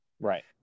Right